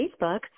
Facebook